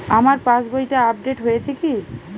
আমার পাশবইটা আপডেট হয়েছে কি?